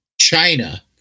China